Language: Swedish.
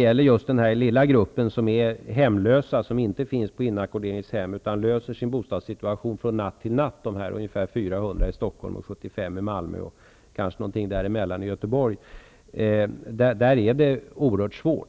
För den lilla grupp som är hemlös -- ungefär 400 i Stockholm, 75 i Malmö och någonting mitt emellan i Göteborg -- som inte finns på inackorderingshem, utan löser sin bostadssituation från natt till natt, är det oerhört svårt.